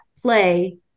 play